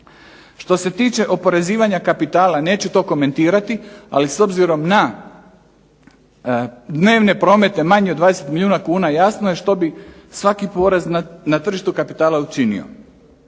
Što se tiče oporezivanja kapitala, neću to komentirati ali s obzirom na dnevne promete manje od 20 milijuna kuna, jasno je što bi svaki porez na tržištu kapitala učinio.